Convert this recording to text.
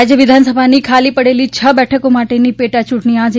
રાજ્ય વિધાનસભાની ખાલી પડેલી છ બેઠકો માટેની પેટાયૂંટણી આજે